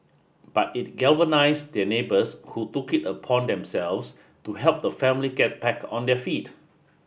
but it galvanised their neighbours who took it upon themselves to help the family get back on their feet